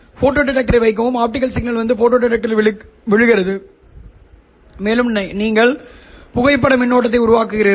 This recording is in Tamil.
ஃபோட்டோ டிடெக்டரை வைக்கவும் ஆப்டிகல் சிக்னல் வந்து ஃபோட்டோ டிடெக்டரில் விழுகிறது மேலும் நீங்கள் புகைப்பட மின்னோட்டத்தை உருவாக்குகிறீர்கள்